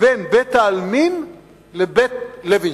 בין בית-העלמין ל"בית לוינשטיין".